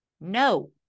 No